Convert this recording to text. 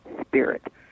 spirit